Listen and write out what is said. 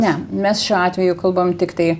ne mes šiuo atveju kalbam tiktai